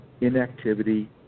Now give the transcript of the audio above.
inactivity